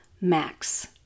Max